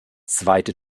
zweite